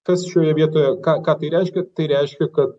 kas šioje vietoje ką ką tai reiškia tai reiškia kad